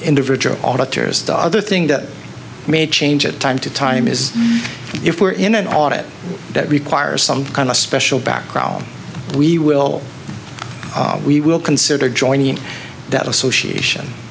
individual auditors the other thing that may change it time to time is if we are in an audit that requires some kind of special background we will we will consider joining that association